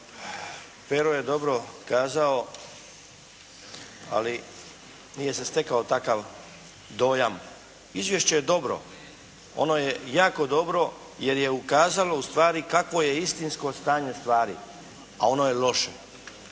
Pero je dobro kazao ali nije se stekao takav dojam. Izvješće je dobro. Ono je jako dobro jer je ukazalo ustvari kakvo je istinsko stanje stvari a ono je loše.